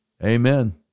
Amen